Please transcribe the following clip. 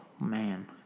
man